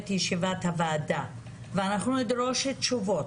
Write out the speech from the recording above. ישיבת הוועדה ואנחנו נדרוש תשובות,